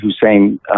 Hussein